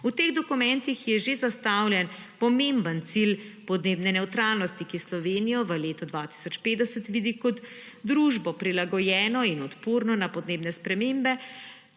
V teh dokumentih je že zastavljen pomemben cilj podnebne nevtralnosti, ki Slovenijo v letu 2050 vidi kot družbo, prilagojeno in odporno na podnebne spremembe,